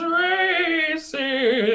racist